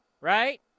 right